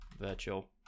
Virtual